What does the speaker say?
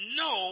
no